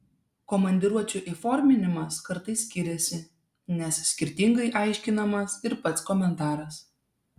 komandiruočių įforminimas kartais skiriasi nes skirtingai aiškinamas ir pats komentaras